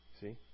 See